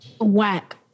Whack